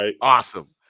awesome